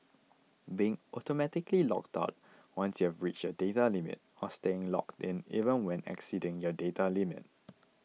being automatically logged out once you've reached your data limit or staying logged in even when exceeding your data limit